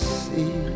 see